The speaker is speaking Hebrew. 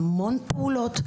המון פעולות,